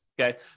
okay